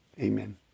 Amen